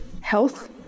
health